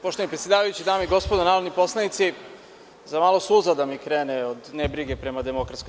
Poštovani predsedavajući, dame i gospodo narodni poslanici, za malo suza da mi krene od nebrige prema DS.